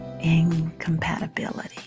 incompatibility